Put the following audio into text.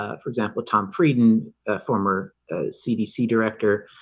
ah for example tom frieden former cdc director,